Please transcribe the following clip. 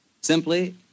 Simply